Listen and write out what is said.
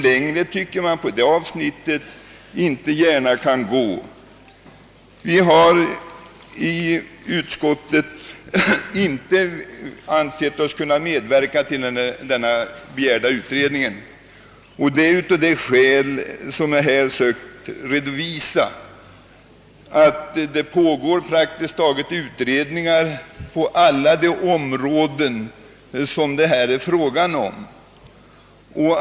Längre tycker jag inte att man gärna kan sträcka sig på detta område. Utskottsmajoriteten har inte ansett sig kunna tillstyrka den begärda utredningen och detta av de skäl som jag sökt redovisa: det pågår utredningar på praktiskt taget alla de områden som det här rör sig om.